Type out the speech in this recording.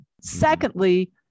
Secondly